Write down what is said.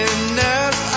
enough